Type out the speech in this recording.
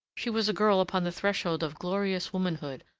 she was a girl upon the threshold of glorious womanhood,